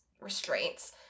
restraints